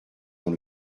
dans